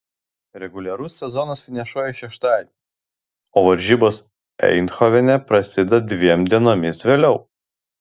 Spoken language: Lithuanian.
reguliarus sezonas finišuoja šeštadienį o varžybos eindhovene prasideda dviem dienomis vėliau